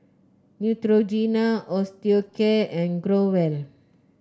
Neutrogena Osteocare and Growell